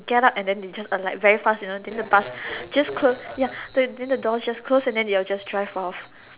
get up and then they just alight very fast you know then the bus just close ya then then the door just close and then they'll just drive off